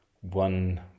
one